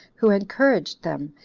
who encouraged them,